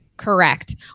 correct